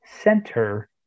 center